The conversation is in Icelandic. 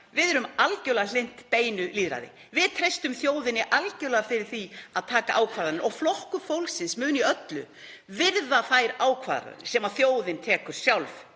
Við erum algjörlega hlynnt beinu lýðræði. Við treystum þjóðinni algjörlega fyrir því að taka ákvarðanir. Flokkur fólksins mun í öllu virða þær ákvarðanir sem þjóðin tekur sjálf